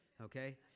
Okay